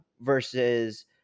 versus